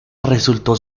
resultó